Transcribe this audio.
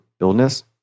illness